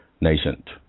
nascent